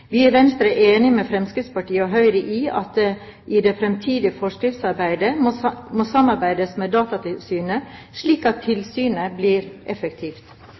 Vi i Venstre er enig med Fremskrittspartiet og Høyre i at det i det fremtidige forskriftsarbeidet må samarbeides med Datatilsynet slik at tilsynet blir effektivt.